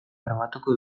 bermatuko